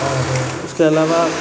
और ऊसके अलावा